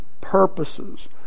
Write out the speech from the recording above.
purposes